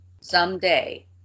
someday